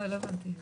לא הבנתי.